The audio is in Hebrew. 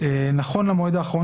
הוספנו את המילים "נכון למועד האחרון